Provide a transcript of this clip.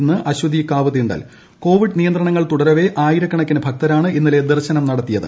ഇന്ന് അശ്വതി കാവ് തീണ്ടൽ കോവിഡ് നിയന്ത്രണങ്ങൾ തുടരവേ ആയിരക്കണക്കിന് ഭക്തരാണ് ഇന്നലെ ദർശനം നടത്തിയത്